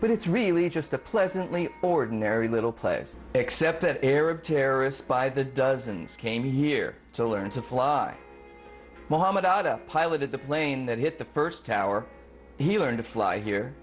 but it's really just a pleasantly ordinary little place except that arab terrorists by the dozens came here to learn to fly mohamed atta piloted the plane that hit the first tower he learned to fly here